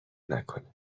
نکنه